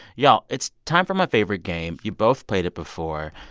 y'all, it's time for my favorite game. you've both played it before.